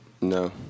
No